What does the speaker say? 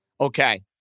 Okay